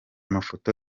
mafoto